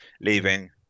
leaving